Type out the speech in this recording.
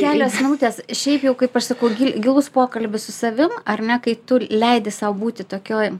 kelios minutės šiaip jau kaip aš sakau gil gilus pokalbis su savim ar ne kai tu leidi sau būti tokioj